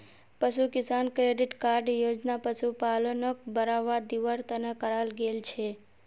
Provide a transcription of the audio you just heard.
पशु किसान credit card योजना पशुपालनक बढ़ावा दिवार तने कराल गेल छे